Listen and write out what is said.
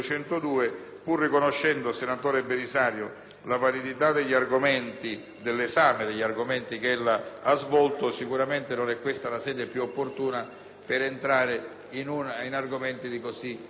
senatore Belisario, la validità degli argomenti che ella ha svolto, sicuramente non è questa la sede più opportuna per entrare in temi di così delicata e sostanziale complessità.